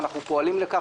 ואנחנו פועלים לכך,